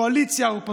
קואליציה, אופוזיציה,